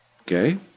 Okay